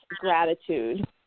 gratitude